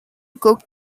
cooked